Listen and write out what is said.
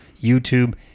YouTube